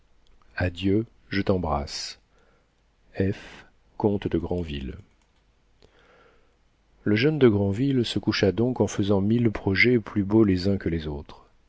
adieu je t'embrasse f comte de granville le jeune de granville se coucha donc en faisant mille projets plus beaux les uns que les autres